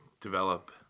develop